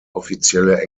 offizielle